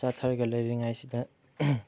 ꯆꯥ ꯊꯛꯂꯒ ꯂꯩꯔꯤꯉꯩꯁꯤꯗ